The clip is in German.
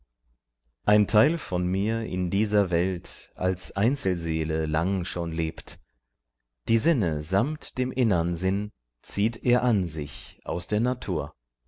ein teil von mir in dieser welt als einzelseele lang schon lebt die sinne samt dem innern sinn zieht er an sich aus der natur